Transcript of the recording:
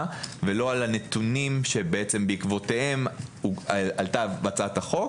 ולא על הנתונים שבעקבותיהם עלתה הצעת החוק.